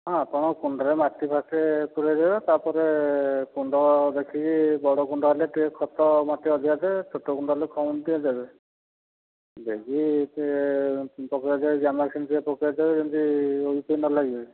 ହଁ ଆପଣ କୁଣ୍ଡରେ ମାଟି ଫାଟି ପୁରେଇ ଦେବେ ତା'ପରେ କୁଣ୍ଡ ଦେଖିକି ବଡ଼ କୁଣ୍ଡ ହେଲେ ଟିକେ ଖତ ମାଟି ଅଧିକ ଦେବେ ଛୋଟ କୁଣ୍ଡ ହେଲେ କମ୍ ଟିକେ ଦେବେ ଦେଇକି ସେ ପକେଇ ଦେବେ ଗାମାକ୍ସିନ୍ ଟିକେ ପକେଇ ଦେବେ ଯେମିତି ସେ ଉଈ ଫୁଈ ନ ଲାଗିବେ